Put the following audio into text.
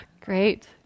Great